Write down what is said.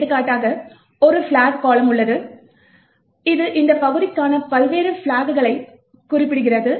எடுத்துக்காட்டாக ஒரு பிளக் கால்லம் உள்ளது இது இந்த பகுதிக்கான பல்வேறு பிளக்களைக் குறிப்பிடுகிறது